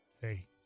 Hey